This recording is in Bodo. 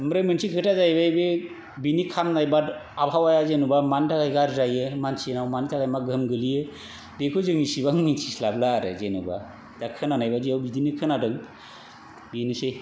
आमफ्राय मोनसे खोथा जाहैबाय बे बिनि खामनाय बाद आबहावाया जेनोबा मानो थाखाय गाज्रि जाहैयो मानसिनाव मानि थाखाय मा गोहोम गोग्लैयो बेखौजों एसेबां मिन्थिस्लाबला आरो जेनोबा दा खोनानाय बायदियाव बिदिनो खोनादों बेनोसै